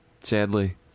Sadly